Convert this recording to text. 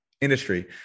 industry